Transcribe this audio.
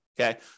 Okay